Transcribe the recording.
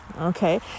okay